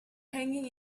hanging